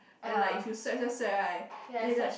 then like if you sweat sweat sweat right then you look like